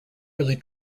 really